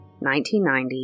1990